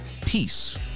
peace